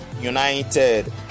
United